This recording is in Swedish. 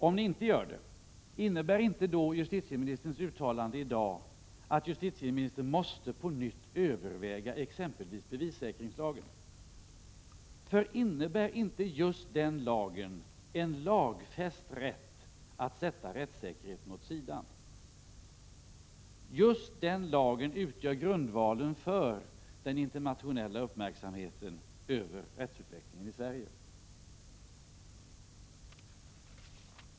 Om ni inte gör det, medför inte då ert uttalande i dag att justitieministern på nytt måste överväga exempelvis bevissäkringslagen? Ger inte just den lagen en lagfäst rätt att sätta rättssäkerheten åt sidan? Det är ju denna lag som utgör grundvalen för att rättsutvecklingen i Sverige uppmärksammas internationellt.